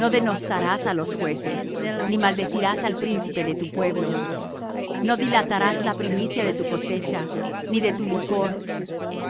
no denostarás á los jueces ni maldecirás al príncipe de tu pueblo no dilatarás la primicia de tu cosecha ni de tu licor